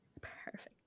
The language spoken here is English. perfect